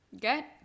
get